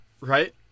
right